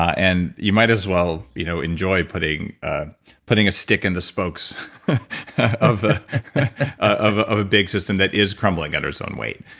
and you might as well you know enjoy putting putting a stick in the spokes of of a big system that is crumbling under it's own weight.